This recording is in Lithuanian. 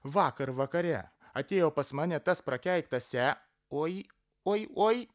vakar vakare atėjo pas mane tas prakeiktas se oi oi oi